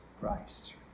Christ